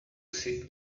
see